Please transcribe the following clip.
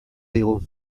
digu